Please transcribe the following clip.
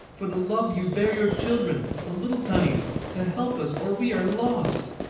for the love you bear your children, the little tunnies, to help us, or we are lost!